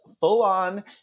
full-on